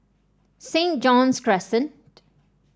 Saint John's Crescent